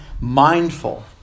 Mindful